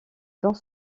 dans